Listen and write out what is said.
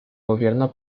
gobierno